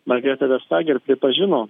margarita versager pripažino